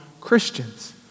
Christians